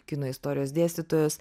kino istorijos dėstytojos